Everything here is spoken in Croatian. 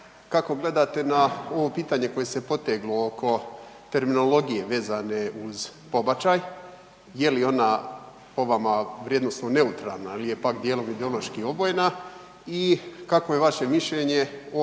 kako gledate na ovo pitanje koje se poteglo oko terminologije vezane uz pobačaj, je li ona po vama vrijednosno neutralna ili je pak dijelom ideološki obojena i kakvo je vaše mišljenje